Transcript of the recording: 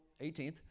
18th